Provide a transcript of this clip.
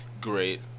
great